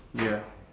ya